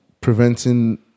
preventing